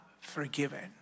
forgiven